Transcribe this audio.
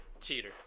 Cheater